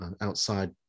outside